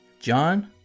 John